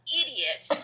idiot